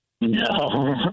No